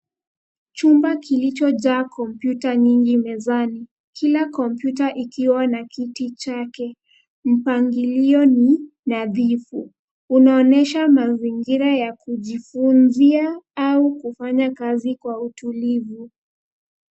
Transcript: Chumba kilichojaa kompyuta nyingi mezani kila kompyuta ikiwa na kiti chake. Mpangilio ni nadhifu, unaonyesha mazingira ya kujifunzia au kufanya kazi kwa utulivu.